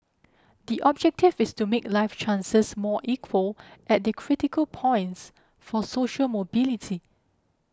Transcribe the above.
the objective is to make life chances more equal at the critical points for social mobility